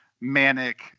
manic